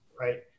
Right